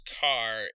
car